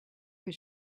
que